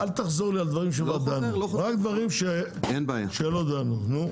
אני מבקש לא לחזור על דברים שכבר דנו בהם.